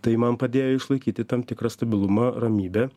tai man padėjo išlaikyti tam tikrą stabilumą ramybę